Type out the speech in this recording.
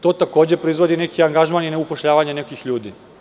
To takođe proizvodi neki angažman na upošljavanju nekih ljudi.